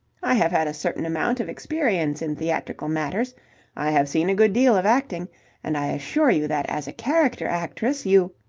i have had a certain amount of experience in theatrical matters i have seen a good deal of acting and i assure you that as a character-actress you.